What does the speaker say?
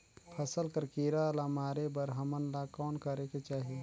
फसल कर कीरा ला मारे बर हमन ला कौन करेके चाही?